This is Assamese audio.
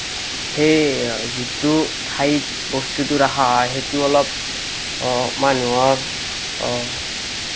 সেই যিটো ঠাইত বস্তুটো ৰাখা হয় সেইটো অলপ মানুহৰ